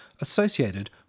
associated